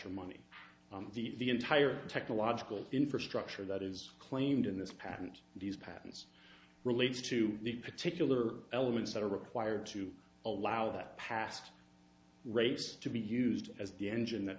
your money the entire technological infrastructure that is claimed in this patent these patents relates to the particular elements that are required to allow that past race to be used as the engine that